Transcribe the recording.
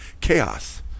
chaos